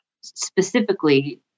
specifically